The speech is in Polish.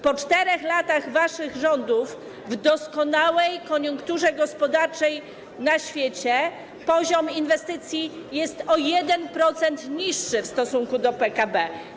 Po 4 latach waszych rządów, przy doskonałej koniunkturze gospodarczej na świecie, poziom inwestycji jest o 1% niższy w stosunku do PKB.